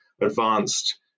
advanced